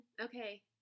Okay